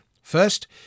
First